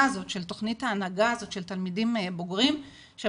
הזאת של תכנית ההנהגה הזאת של תלמידים בוגרים שמקבלים